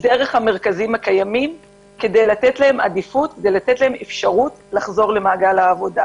דרך המרכזים הקיימים כדי לתת להם עדיפות ואפשרות לחזור למעגל העבודה.